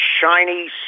shiny